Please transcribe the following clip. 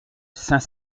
saint